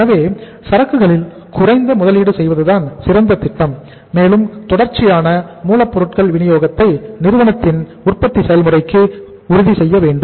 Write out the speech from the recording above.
எனவே சரக்குகளில் குறைந்த முதலீடு செய்வதுதான் சிறந்த திட்டம் மேலும் தொடர்ச்சியான மூலபொருள் விநியோகத்தை நிறுவனத்தின் உற்பத்தி செயல்முறைக்கு உறுதி செய்ய வேண்டும்